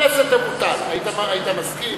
הכנסת תבוטל, היית מסכים?